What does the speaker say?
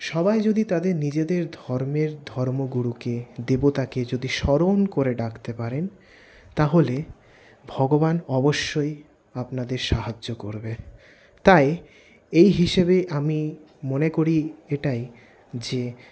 সবাই যদি তাদের নিজেদের ধর্মের ধর্মগুরুকে দেবতাকে যদি স্মরণ করে ডাকতে পারেন তাহলে ভগবান অবশ্যই আপনাদের সাহায্য করবে তাই এই হিসেবে আমি মনে করি এটাই যে